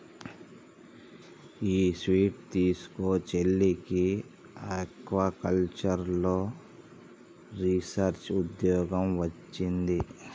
ఈ స్వీట్ తీస్కో, చెల్లికి ఆక్వాకల్చర్లో రీసెర్చ్ ఉద్యోగం వొచ్చింది